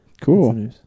Cool